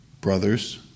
brothers